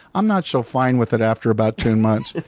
i'm not so fine with it after about two months.